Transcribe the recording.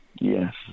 Yes